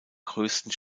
größten